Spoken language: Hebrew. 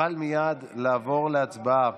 נוכל מייד לעבור להצבעה